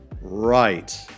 Right